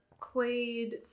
Quaid